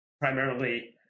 primarily